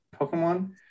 Pokemon